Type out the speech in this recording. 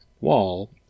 wall